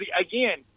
again